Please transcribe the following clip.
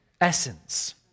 essence